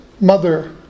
mother